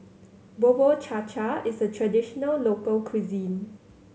Bubur Cha Cha is a traditional local cuisine